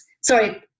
sorry